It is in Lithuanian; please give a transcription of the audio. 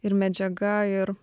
ir medžiaga ir